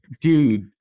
Dude